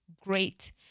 great